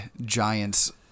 Giants